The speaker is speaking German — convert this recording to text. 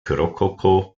rokoko